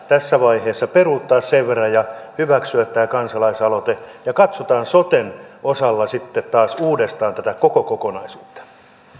tässä vaiheessa peruuttaa sen verran ja hyväksyä tämä kansalaisaloite ja katsotaan soten kanssa sitten taas uudestaan tätä koko kokonaisuutta